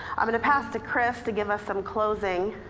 i'm gonna pass to chris to give us some closing.